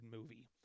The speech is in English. movie